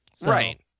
Right